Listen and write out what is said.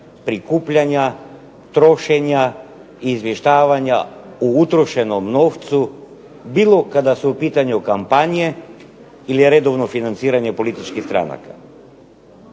prikupljanja, trošenja, izvještavanja o utrošenom novcu bilo kada su u pitanju kampanje ili redovno financiranje političkih stranaka.